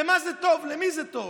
למה זה טוב ולמי זה טוב?